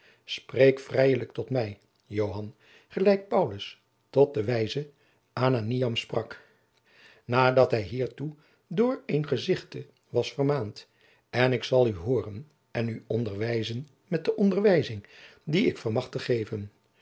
spreek vrijelijk tot mij joan gelijk paulus tot den wijzen ananiam sprak nadat hij hiertoe door een gezichte was vermaand en ik zal u hooren en u onderwijzen met de onderwijzing die ik vermag te geven